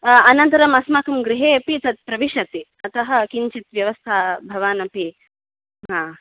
अनन्तरम् अस्माकं गृहे अपि तत् प्रविषति अतः किञ्चित् व्यवस्था भवानपि हा